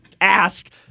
ask